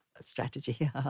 strategy